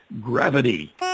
Gravity